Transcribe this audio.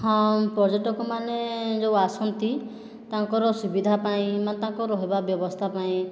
ହଁ ପର୍ଯ୍ୟଟକମାନେ ଯେଉଁ ଆସନ୍ତି ତାଙ୍କର ସୁବିଧା ପାଇଁ ମାନେ ତାଙ୍କର ରହିବା ବ୍ୟବସ୍ଥା ପାଇଁ